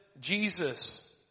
Jesus